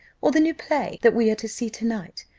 or the new play that we are to see to-night,